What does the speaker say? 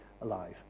alive